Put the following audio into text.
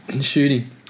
shooting